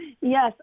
yes